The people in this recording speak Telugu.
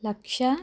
లక్ష